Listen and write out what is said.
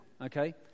okay